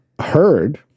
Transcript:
heard